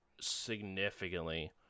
significantly